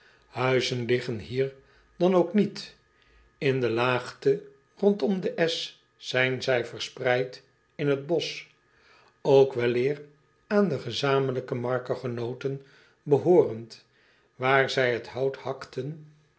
uizen liggen hier dan ook niet n de laagte rondom den esch zijn zij verspreid in het bosch ook weleer aan de gezamenlijke markegenooten behoorend waar zij het hout hakten